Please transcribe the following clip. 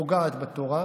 פוגעת בתורה,